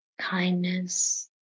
kindness